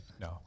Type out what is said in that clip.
No